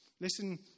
Listen